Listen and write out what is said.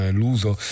l'uso